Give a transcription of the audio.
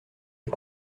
est